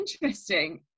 interesting